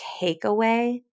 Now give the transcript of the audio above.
takeaway